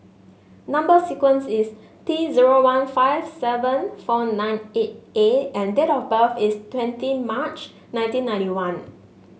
number sequence is T zero one five seven four nine eight A and date of birth is twenty March nineteen ninety one